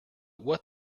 what